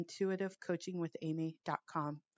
intuitivecoachingwithamy.com